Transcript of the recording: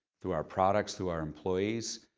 through our products, through our employees.